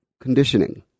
conditioning